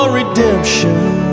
redemption